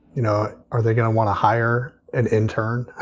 you know, are they going to want to hire an intern?